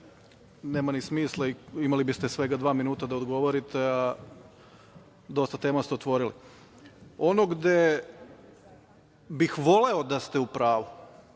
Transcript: nema ni smisla i imali biste svega dva minuta da odgovorite, a dosta tema ste otvorili. Ono gde bih voleo da ste u pravu,